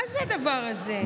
מה זה הדבר הזה?